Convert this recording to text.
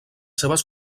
seves